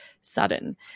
sudden